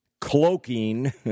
cloaking